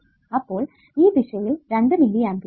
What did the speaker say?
അപ്പോൾ ഈ ദിശയിൽ 2 മില്ലിA ആണ്